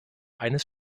eines